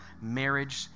marriage